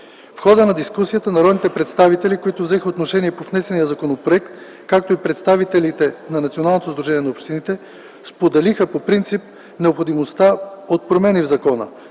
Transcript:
В хода на дискусията народните представители, които взеха отношение по внесения законопроект, както и представителите на Националното сдружение на общините, споделиха по принцип необходимостта от промени в закона.